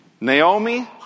Naomi